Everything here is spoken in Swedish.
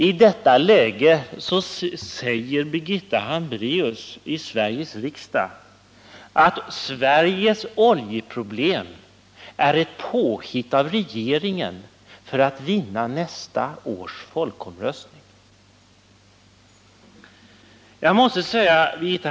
I detta läge säger Birgitta Hambraeus i Sveriges riksdag att Sveriges oljeproblem är ett påhitt av regeringen för att den genom stöd av en folkomröstning skall vinna nästa val!